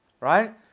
right